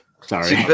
Sorry